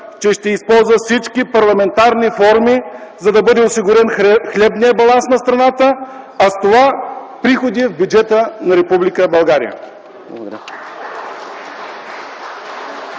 че ще използва всички парламентарни форми, за да бъде осигурен хлебният баланс на страната, а с това приходи в бюджета на Република